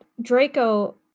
Draco